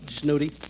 snooty